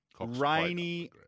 rainy